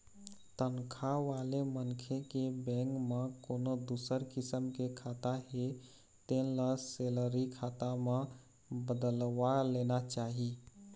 तनखा वाले मनखे के बेंक म कोनो दूसर किसम के खाता हे तेन ल सेलरी खाता म बदलवा लेना चाही